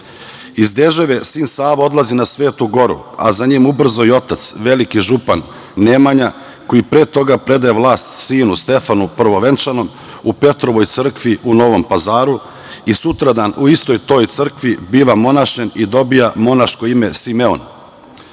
Iz Deževe sin Savo odlazi na Svetu goru, a za njim ubrzo i otac veliki župan Nemanja, koji pre toga predaje vlast sinu Stefanu Prvovenčanom u Petrovoj crkvi u Novom Pazaru i sutradan u istoj toj crkvi biva monašen i dobija monaško ime Simeon.